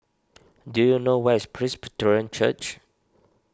do you know where is Presbyterian Church